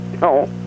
no